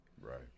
right